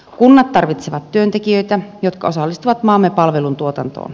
kunnat tarvitsevat työntekijöitä jotka osallistuvat maamme palveluntuotantoon